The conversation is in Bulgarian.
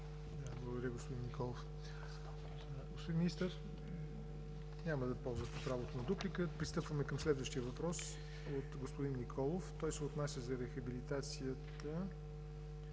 Благодаря, господин Николов. Господин Министър, няма да ползвате правото на дуплика. Пристъпваме към следващия въпрос от господин Николов. Той се отнася за рехабилитацията